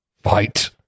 Fight